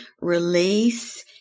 release